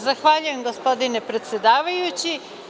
Zahvaljujem gospodine predsedavajući.